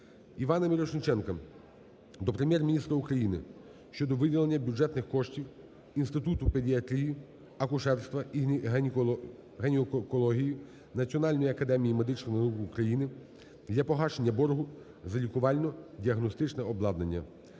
Івана Мірошніченка до Прем'єр-міністра України щодо виділення бюджетних коштів Інституту педіатрії, акушерства і гінекології Національної академії медичних наук України для погашення боргу за лікувально-діагностичне обладнання.